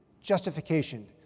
justification